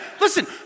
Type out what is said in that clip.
Listen